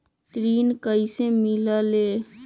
ऋण कईसे मिलल ले?